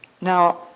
Now